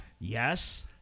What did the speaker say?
Yes